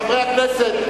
חברי הכנסת,